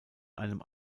einem